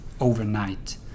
overnight